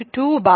1